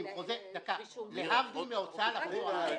להבדיל מההוצאה לפועל,